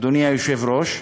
אדוני היושב-ראש.